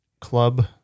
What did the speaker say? club